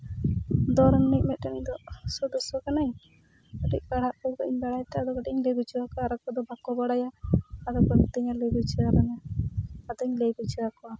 ᱫᱚᱞ ᱨᱮᱱ ᱢᱤᱫ ᱤᱫᱴᱮᱡ ᱫᱚ ᱥᱚᱫᱚᱥᱥᱚ ᱠᱟᱹᱱᱟᱹᱧ ᱠᱟᱹᱴᱤᱡ ᱯᱟᱲᱦᱟᱜ ᱠᱚ ᱠᱟᱹᱴᱤᱡ ᱤᱧ ᱵᱟᱲᱟᱭᱛᱮ ᱟᱫᱚ ᱠᱟᱹᱴᱤᱡ ᱤᱧ ᱞᱟᱹᱭ ᱵᱩᱡᱷᱟᱹᱣᱟᱠᱚᱣᱟ ᱟᱨ ᱟᱠᱚ ᱫᱚ ᱵᱟᱠᱚ ᱵᱟᱲᱟᱭᱟ ᱟᱫᱚ ᱠᱚ ᱢᱤᱛᱟᱹᱧᱟ ᱞᱟᱹᱭ ᱵᱩᱡᱷᱟᱹᱣᱟᱞᱮ ᱢᱮ ᱟᱫᱚᱧ ᱞᱟᱹᱭ ᱵᱩᱡᱷᱟᱹᱣᱟᱠᱚᱣᱟ